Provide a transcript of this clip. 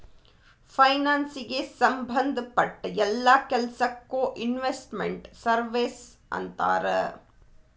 ಫೈನಾನ್ಸಿಗೆ ಸಂಭದ್ ಪಟ್ಟ್ ಯೆಲ್ಲಾ ಕೆಲ್ಸಕ್ಕೊ ಇನ್ವೆಸ್ಟ್ ಮೆಂಟ್ ಸರ್ವೇಸ್ ಅಂತಾರ